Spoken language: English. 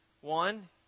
One